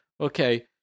Okay